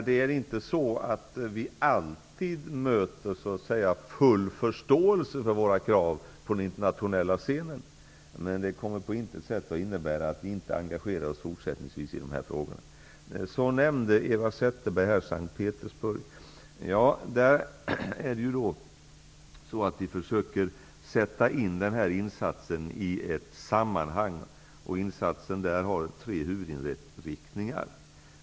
Vi möter alltså inte alltid full förståelse för våra krav på den internationella scenen. Men det kommer på intet sätt att innebära att vi fortsättningsvis inte kommer att engagera oss i dessa frågor. Eva Zetterberg nämnde S:t Petersburg. Vi försöker där sätta in denna insats i ett sammanhang. Insatsen där har tre huvudinriktningar.